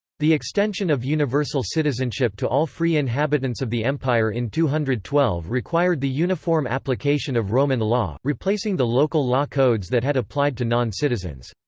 the extension of universal citizenship to all free inhabitants of the empire in two hundred and twelve required the uniform application of roman law, replacing the local law codes that had applied to non-citizens.